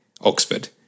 Oxford